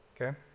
Okay